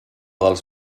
dels